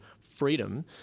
freedom